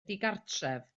digartref